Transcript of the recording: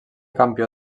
campió